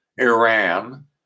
Iran